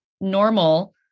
normal